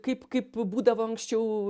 kaip kaip būdavo anksčiau